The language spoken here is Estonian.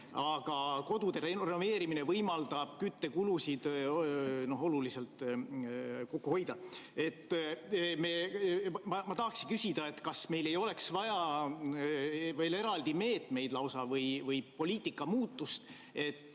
Aga kodude renoveerimine võimaldab küttekulusid oluliselt kokku hoida. Ma tahaksin küsida, kas meil ei oleks vaja veel eraldi meetmeid või lausa poliitika muutust, et